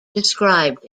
described